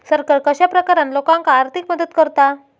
सरकार कश्या प्रकारान लोकांक आर्थिक मदत करता?